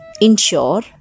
ensure